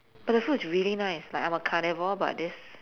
but the food is really nice like I'm a carnivore but this